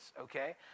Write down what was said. okay